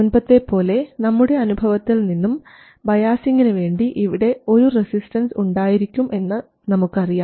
മുൻപത്തെ പോലെ നമ്മുടെ അനുഭവത്തിൽ നിന്നും ബയാസിംഗിന് വേണ്ടി ഇവിടെ ഒരു റെസിസ്റ്റൻസ് ഉണ്ടായിരിക്കാം എന്ന് നമുക്കറിയാം